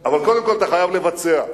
אבל קודם כול אתה חייב לבצע.